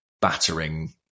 battering